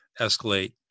escalate